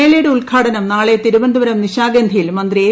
മേളയുടെ ഉദ്ഘാട്നം ് ന്റാളെ തിരുവനന്തപുരം നിശാഗന്ധിയിൽ മന്ത്രി എ